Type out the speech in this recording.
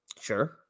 sure